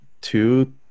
two